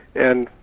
and